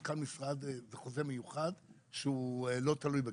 מנכ"ל משרד זה חוזה מיוחד שהוא לא תלוי בגיל,